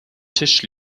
tisch